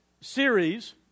series